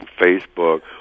Facebook